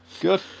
Good